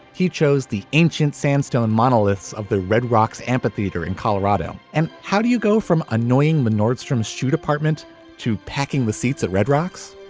he chose the ancient sandstone monoliths of the red rocks amphitheatre in colorado. and how do you go from annoying man nordstrom shoe department to packing the seats red rocks?